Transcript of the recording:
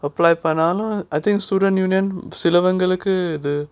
apply பண்ணாலும்:pannaalum I think student union சிலவங்களுக்கு அது:silavangalukku athu